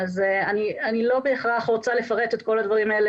אני לא בהכרח רוצה לפרט את כל הדברים האלה